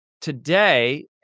today